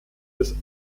des